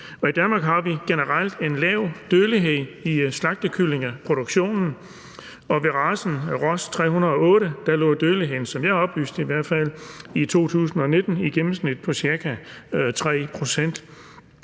I Danmark har vi generelt en lav dødelighed i slagtekyllingeproduktionen, og ved racen Ross 308 lå dødeligheden i 2019, som jeg